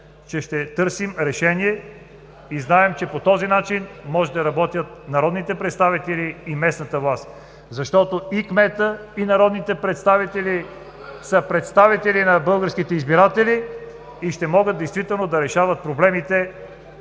че ще търсим решение. Знаем, че по този начин могат да работят народните представители и местната власт. И кметът, и народните представители са представители на българските избиратели и ще могат действително да решават проблемите.